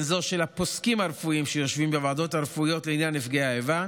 זו של הפוסקים הרפואיים שיושבים בוועדות הרפואיות לעניין נפגעי האיבה,